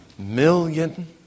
Million